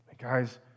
Guys